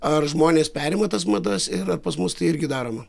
ar žmonės perima tas madas ir ar pas mus tai irgi daroma